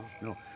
no